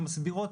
שמסבירות,